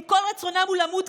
אם כל רצונם הוא למות?